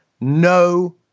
no